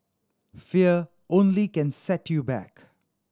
fear only can set you back